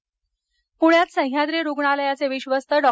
प्ण्यात सह्याद्री रुग्णालयाचे विधस्त डॉ